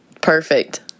perfect